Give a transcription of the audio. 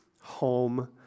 home